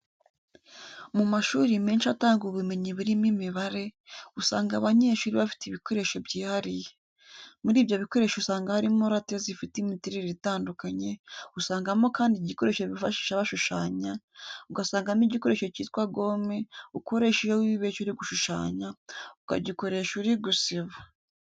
Mu mashuri menshi atanga ubumenyi burimo imibare, usanga abanyeshuri bafite ibikoresho byihariye. Muri ibyo bikoresho usanga harimo rate zifite imiterere itandukanye, usangamo kandi igikoresho bifashisha bashushanya, ugasangamo igikoresho cyitwa gome ukoresha iyo wibeshye uri gushushanya, ukagikoresha uri gusiba.